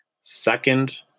Second